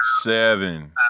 seven